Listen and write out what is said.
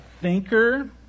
thinker